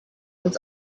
was